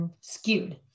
skewed